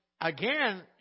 again